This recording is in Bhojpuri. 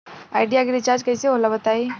आइडिया के रिचार्ज कइसे होला बताई?